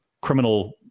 criminal